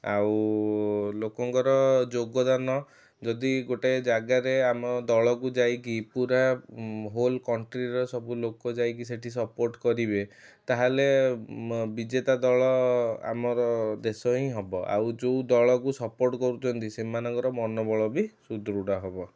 ଆଉ ଲୋକଙ୍କର ଯୋଗଦାନ ଯଦି ଗୋଟାଏ ଜାଗାରେ ଆମ ଦଳକୁ ଯାଇକି ପୁରା ହୋଲ କଣ୍ଟ୍ରୀର ସବୁଲୋକ ଯାଇକି ସେଇଠି ସପୋର୍ଟ କରିବେ ତାହେଲେ ବିଜେତା ଦଳ ଆମର ଦେଶ ହିଁ ହବ ଆଉ ଯେଉଁ ଦଳକୁ ସପୋର୍ଟ କରୁଛନ୍ତି ସେମାନଙ୍କର ମନୋବଳ ବି ସୁଦୃଢ଼ ହବ